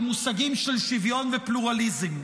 במושגים של שוויון ופלורליזם.